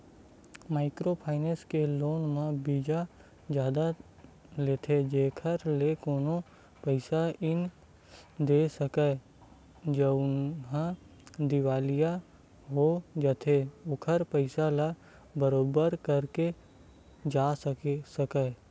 micro finance के loan म बियाज जादा लेथे जेखर ले कोनो पइसा नइ दे सकय जउनहा दिवालिया हो जाथे ओखर पइसा ल बरोबर करे जा सकय